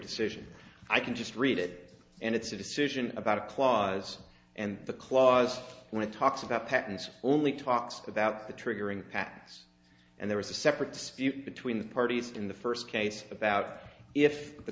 decision i can just read it and it's a decision about a clause and the clause when it talks about patents only talks about the triggering paths and there is a separate dispute between the parties in the first case about if the